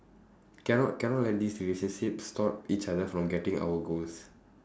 cannot cannot let this relationship stop each other from getting our goals